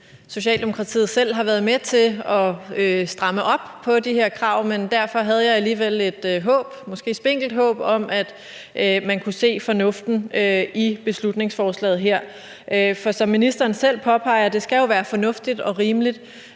Socialdemokratiet selv har været med til at stramme op på de her krav, men derfor havde jeg alligevel et håb – måske et spinkelt håb – om, at man kunne se fornuften i beslutningsforslaget her. For som ministeren selv påpeger, skal det jo være fornuftigt og rimeligt.